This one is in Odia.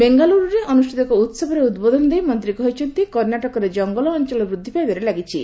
ବେଙ୍ଗାଲୁରୁରେ ଅନୁଷ୍ଠିତ ଏକ ଉହବରେ ଉଦ୍ବୋଧନ ଦେଇ ମନ୍ତ୍ରୀ କହିଛନ୍ତି କର୍ଷ୍ଣାଟକରେ ଜଙ୍ଗଲ ଅଞ୍ଚଳ ବୃଦ୍ଧି ପାଇବାରେ ଲାଗିଛି